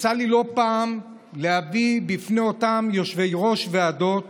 יצא לי לא פעם להביא בפני אותם יושבי-ראש ועדות